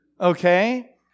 Okay